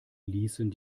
ließen